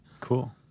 Cool